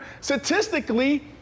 statistically